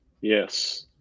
yes